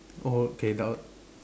oh okay now